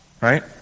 right